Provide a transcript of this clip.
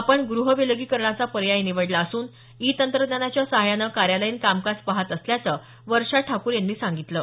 आपण गृहविलगीकरणाचा पर्याय निवडला असून ई तंत्रज्ञानाच्या सहाय्याने कार्यालयीन कामकाज पाहत असल्याचं वर्षा ठाकूर यांनी सांगितलं आहे